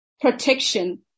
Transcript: protection